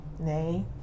nay